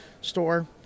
store